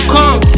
Come